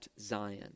Zion